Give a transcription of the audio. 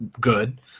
good